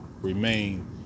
remain